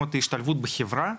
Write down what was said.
ונורמות השתלבות בחברה,